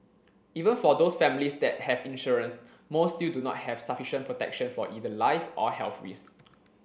even for those families that have insurance most still do not have sufficient protection for either life or health risk